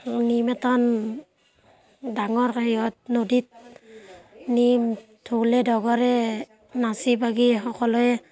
নি ডাঙৰ হেৰিয়ত নদীত নি ঢোলে ডগৰে নাচি বাগি সকলোৱে